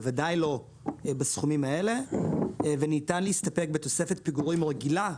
בוודאי לא בסכומים האלה וניתן להסתפק בתוספת פיגורים "רגילה",